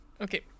Okay